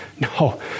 No